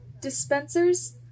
dispensers